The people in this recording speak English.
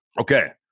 Okay